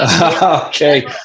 Okay